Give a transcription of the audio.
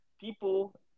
people